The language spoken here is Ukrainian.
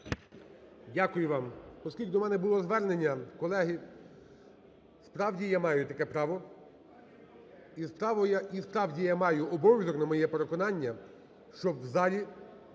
Дякую вам. Оскільки до мене було звернення, колеги, справді, я маю таке право, і, справді, я маю обов'язок, на моє переконання, щоб в залі